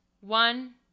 One